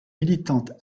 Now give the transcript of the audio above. militante